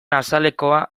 azalekoa